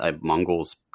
Mongol's